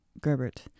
Gerbert